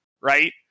right